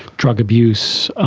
drug abuse,